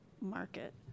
market